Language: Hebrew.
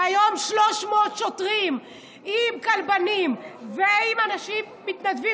והיום 300 שוטרים עם כלבנים ומתנדבים